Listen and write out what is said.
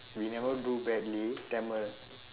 we never do badly Tamil